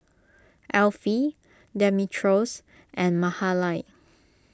Elfie Demetrios and Mahalie